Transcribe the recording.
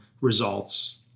results